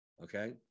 Okay